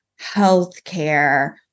healthcare